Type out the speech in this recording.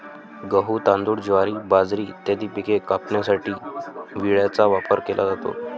गहू, तांदूळ, ज्वारी, बाजरी इत्यादी पिके कापण्यासाठी विळ्याचा वापर केला जातो